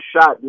shot